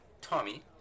Tommy